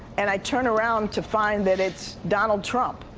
and i turn around to find that it's donald trump.